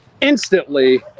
instantly